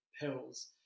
pills